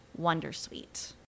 Wondersuite